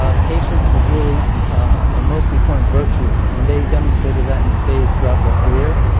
ah patience is really a most important virtue. and they demonstrated that in spades throughout their career.